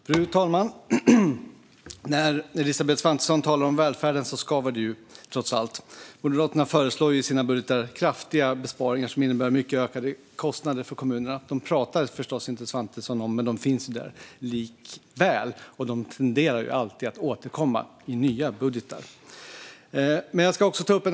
Fru talman! När Elisabeth Svantesson talar om välfärden skaver det trots allt. Moderaterna föreslår i sina budgetar kraftiga besparingar som innebär mycket ökade kostnader för kommunerna. Dessa talar Svantesson förstås inte om, men de finns ju där likväl och tenderar alltid att återkomma i nya budgetar.